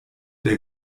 der